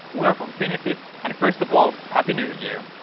we are pongfinity and first of all happy new year!